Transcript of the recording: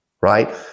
right